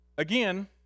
Again